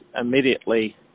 immediately